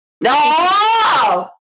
No